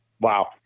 Wow